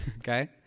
Okay